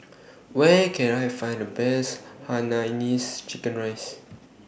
Where Can I Find The Best Hainanese Chicken Rice